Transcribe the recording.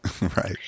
Right